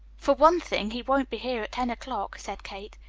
for one thing, he won't be here at ten o'clock, said kate,